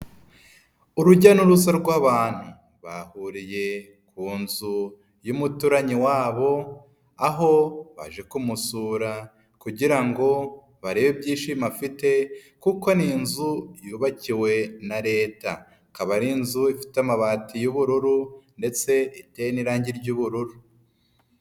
Urujya n'uruza rw'abantu bahuriye ku nzu y'umuturanyi wabo aho baje kumusura kugira ngo barebe ibyishimo afite kuko ni inzu yubakiwe na leta, ikaba ari inzu ifite amabati y'ubururu ndetse iteye n'irange ry'ubururu.